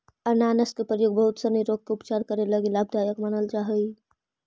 अनानास के प्रयोग बहुत सनी रोग के उपचार करे लगी लाभदायक मानल जा हई